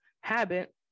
habit